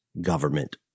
government